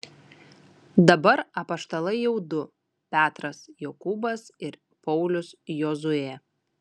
dabar apaštalai jau du petras jokūbas ir paulius jozuė